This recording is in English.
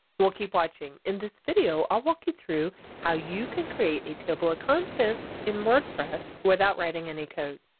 well keep watching, in this video i'll walk you through how you can create a table of ah contents in wordpress without writing any code.